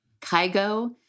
Kygo